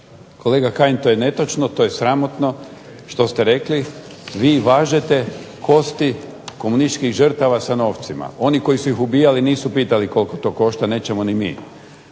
Kolega Kajin, to je netočno, to je sramotno što ste rekli. Vi važete kosti komunističkih žrtava sa novcima. Oni koji su ih ubijali nisu pitali koliko to košta, nećemo ni mi.